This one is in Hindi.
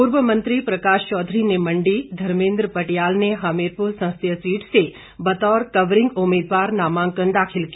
पूर्व मंत्री प्रकाश चौधरी ने मंडी धर्मेद्र पटियाल ने हमीरपुर संसदीय सीट से बतौर कवरिंग उम्मीदवार नामांकन दाखिल किया